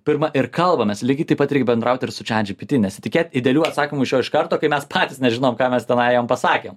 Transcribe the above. pirma ir kalbamės lygiai taip pat reik bendraut ir su čat džipiti nesitikėt idealių atsakymų iš karto kai mes patys nežinom ką mes tenai jam pasakėm